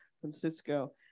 Francisco